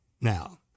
Now